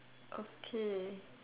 okay